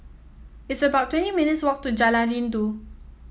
it's about twenty minutes' walk to Jalan Rindu